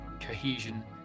cohesion